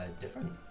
different